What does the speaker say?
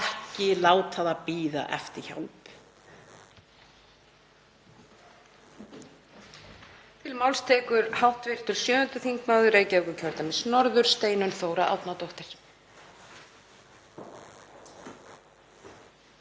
Ekki láta það bíða eftir hjálp.